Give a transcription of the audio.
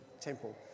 temple